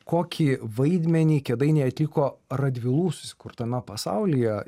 kokį vaidmenį kėdainiai netiko radvilų susikurtame pasaulyje